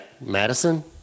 Madison